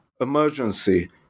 emergency